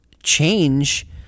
change